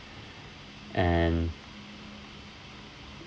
and